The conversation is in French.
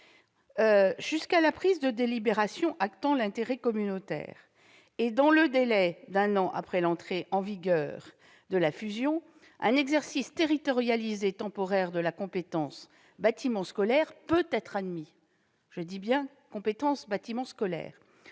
Jusqu'à la prise de la délibération actant l'intérêt communautaire, et dans le délai d'un an après l'entrée en vigueur de la fusion, un exercice territorialisé temporaire de la compétence « bâtiments scolaires » peut être admis. Au-delà de ce délai, la